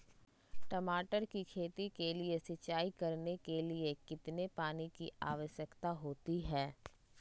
टमाटर की खेती के लिए सिंचाई करने के लिए कितने पानी की आवश्यकता होती है?